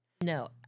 No